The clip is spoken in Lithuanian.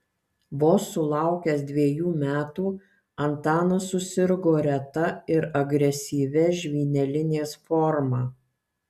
vos sulaukęs dvejų metų antanas susirgo reta ir agresyvia žvynelinės forma